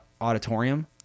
auditorium